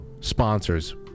sponsors